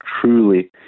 Truly